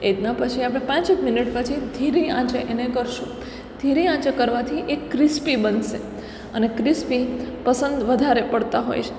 એવી રીતનાં આપણે પછી પાંચેક મિનિટ પછી ધીરી આંચે એને કરીશું ધીરી આંચે કરવાથી એ ક્રિસ્પી બનશે અને ક્રિસ્પી પસંદ વધારે પડતા હોય છે